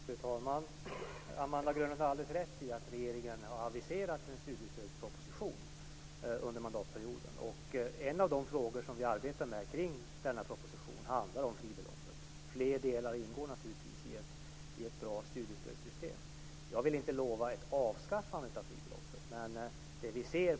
Fru talman! Jag skulle vilja ställa en fråga till utbildningsministern. I regeringsförklaringen nämndes en översyn av studiemedelssystemet. Ett problem för dagens studenter är fribeloppsgränserna. De som väljer att arbeta vid sidan av sina studier straffas genom att studiebidragen minskar.